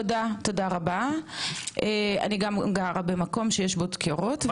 גם אני גרה במקום שיש בו דקירות.